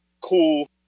cool